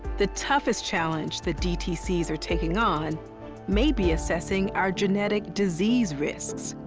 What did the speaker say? the toughest challenge the dtcs are taking on may be assessing our genetic disease risks.